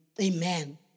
Amen